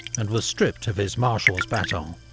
and was stripped of his marshals' baton.